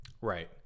Right